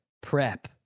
prep